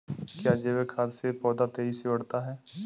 क्या जैविक खाद से पौधा तेजी से बढ़ता है?